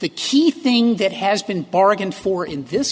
the key thing that has been bargained for in this